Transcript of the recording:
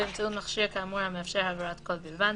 באמצעות מכשיר כאמור המאפשר העברת קול בלבד,